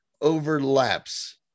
overlaps